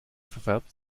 verfärbt